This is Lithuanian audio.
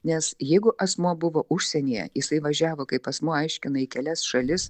nes jeigu asmuo buvo užsienyje jisai važiavo kaip asmuo aiškina į kelias šalis